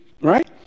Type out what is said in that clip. right